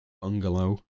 bungalow